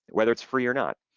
whether it's free or not.